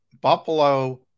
buffalo